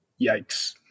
yikes